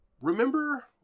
Remember